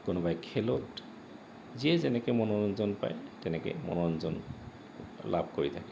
কোনোবাই খেলত যিয়ে যেনেকৈ মনোৰঞ্জন পায় তেনেকৈ মনোৰঞ্জন লাভ কৰি থাকে